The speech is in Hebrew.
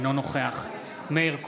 אינו נוכח מאיר כהן,